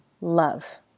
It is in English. love